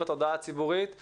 הוועדה התעסקה בו הרבה,